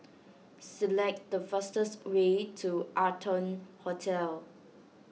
select the fastest way to Arton Hotel